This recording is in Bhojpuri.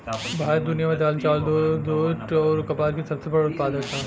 भारत दुनिया में दाल चावल दूध जूट आउर कपास के सबसे बड़ उत्पादक ह